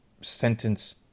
sentence